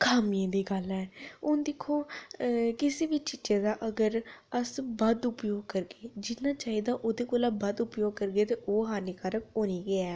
खामियें दी गल्ल ऐ हून दिक्खो अ किसै बी चीजै दा अगर अस बद्ध उपयोग करगे जिन्ना चाहिदा ओह्दे कोला बद्ध उपयोग करगे ते ओह् हानिकारक होनी गै ऐ